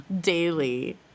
Daily